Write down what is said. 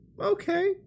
Okay